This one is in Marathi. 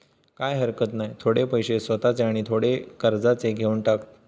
काय हरकत नाय, थोडे पैशे स्वतःचे आणि थोडे कर्जाचे घेवन टाक